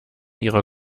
ihrer